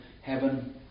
heaven